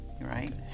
right